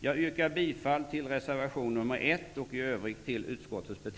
Jag yrkar bifall till reservation nr 1